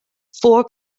four